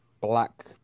black